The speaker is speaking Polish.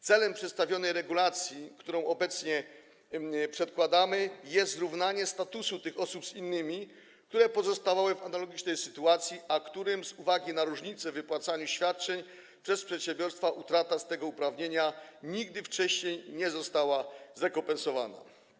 Celem przedstawionej regulacji, którą obecnie przedkładamy, jest zrównanie statusu tych osób ze statusem innych osób, które pozostawały w analogicznej sytuacji, a którym z uwagi na różnice w wypłacaniu świadczeń przez przedsiębiorstwa utrata tego uprawnienia nigdy wcześniej nie została zrekompensowana.